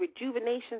rejuvenation